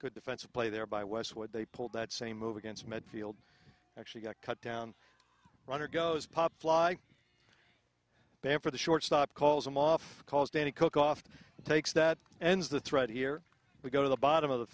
good defensive play there by westwood they pulled that same move against midfield actually got cut down runner goes pop fly back for the shortstop calls him off because danny cook often takes that as the threat here we go to the bottom of the